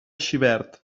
xivert